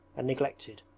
and neglected,